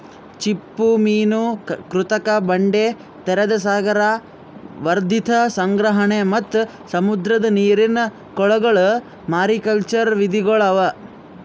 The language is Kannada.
ಚಿಪ್ಪುಮೀನು, ಕೃತಕ ಬಂಡೆ, ತೆರೆದ ಸಾಗರ, ವರ್ಧಿತ ಸಂಗ್ರಹಣೆ ಮತ್ತ್ ಸಮುದ್ರದ ನೀರಿನ ಕೊಳಗೊಳ್ ಮಾರಿಕಲ್ಚರ್ ವಿಧಿಗೊಳ್ ಅವಾ